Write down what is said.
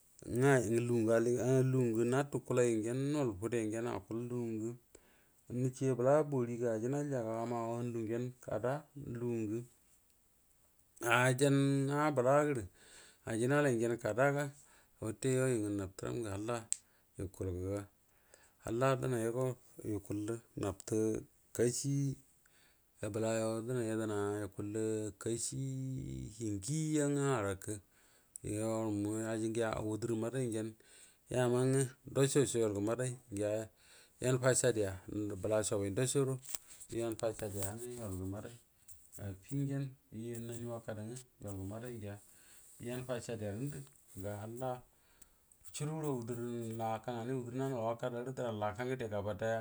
Ngwa aji nga bugwə alin, lugugnatu kulay gyen nnhaəl fudegyen akuəl, lugugwə nəcəe bala bouri ga ajinal gəa amal au handuə gyan kada ga aji na bolagərə ajinalay ngyən kada ga wutə you yu ngwə nabtaram an ngwə yə kuəl gə ga, halla dənnaya go yəkuəl nəte kashi, ga bəla yua go denay yedəna yokues rə na kashi hənjie ga ngwa həarə kə, guo muə aji ngwa wudur maday gyen yama ngwo yual ndacocou maday ngəa yan fasadəya ngə bə la coubay ndco guədo, yan fasada y anawə yual gə maday, affigyen die’a nan wakudo yual ge maday ngəa ya fasadaya rə ngəndə, ga halla cuaru guəro wudər laka ngaday bakdaya.